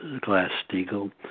Glass-Steagall